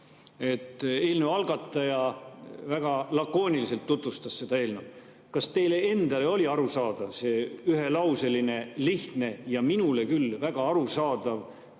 eelnõu algataja väga lakooniliselt tutvustas seda eelnõu. Kas teile endale oli arusaadav see ühelauseline, lihtne ja minule küll väga arusaadav pealkiri